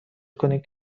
کنید